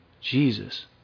Jesus